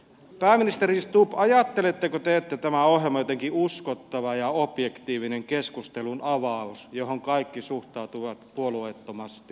pääministeri stubb ajatteletteko te että tämä ohjelma on jotenkin uskottava ja objektiivinen keskustelunavaus johon kaikki suhtautuvat puolueettomasti